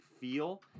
feel